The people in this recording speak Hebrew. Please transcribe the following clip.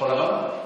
כחול לבן?